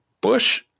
Bush